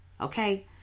Okay